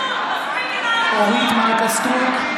(קורא בשמות חברי הכנסת) אורית מלכה סטרוק,